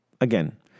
Again